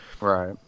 Right